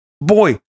Boy